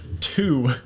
two